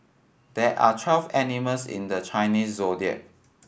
there are twelve animals in the Chinese Zodiac